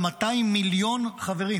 מיליון חברים.